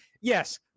Yes